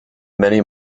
many